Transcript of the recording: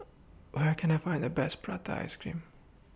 Where Can I Find The Best Prata Ice Cream